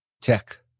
tech